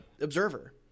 Observer